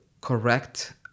correct